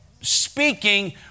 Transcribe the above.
speaking